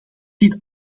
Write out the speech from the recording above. dit